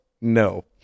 No